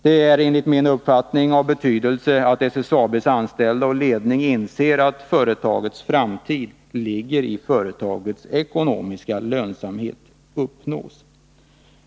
Det är enligt min uppfattning av betydelse att SSAB:s anställda och ledning inser att företagets framtid ligger i att företagets ekonomiska lönsamhet uppnås.